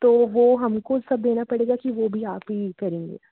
तो वो हमको सब देना पड़ेगा कि वो भी आप ही करेंगे